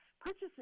purchases